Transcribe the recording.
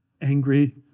angry